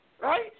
right